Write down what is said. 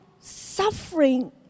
suffering